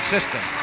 System